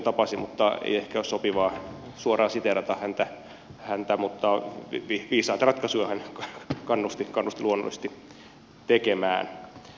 ei ehkä ole sopivaa suoraan siteerata häntä mutta viisaita ratkaisuja hän kannusti luonnollisesti tekemään